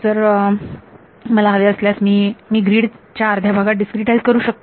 जर मला हवे असल्यास मी मी ग्रीड च्या अर्ध्या भागात डिस्क्रीटाईझ करू शकते